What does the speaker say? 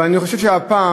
אבל אני חושב שהפעם,